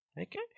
Okay